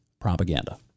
propaganda